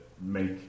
make